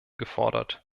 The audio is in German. gefordert